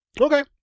Okay